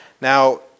Now